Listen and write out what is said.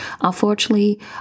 unfortunately